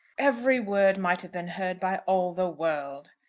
every word might have been heard by all the world.